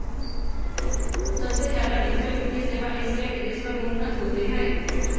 सबसे ज्यादा डिजिटल वित्तीय सेवा एशिया के देशवन में उन्नत होते हई